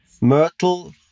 myrtle